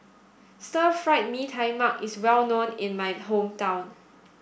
stir fried Mee Tai Mak is well known in my hometown